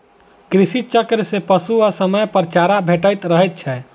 कृषि चक्र सॅ पशु के समयपर चारा भेटैत रहैत छै